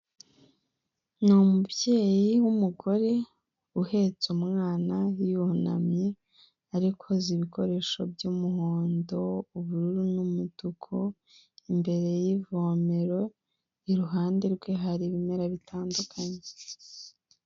Ni umubyeyi w'umugore uhetse umwana yunamye ariko koza ibikoresho by'umuhondo, ubururu, n'umutuku imbere y'ivomero iruhande rwe hari ibimera bitandukanye.